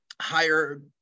higher